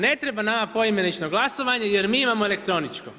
Ne treba nama poimenično glasovanje, jer mi imamo elektroničko.